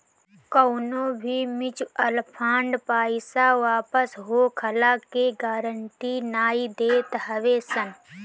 कवनो भी mutual fund पईसा वापस होखला के गारंटी नाइ देत हवे सन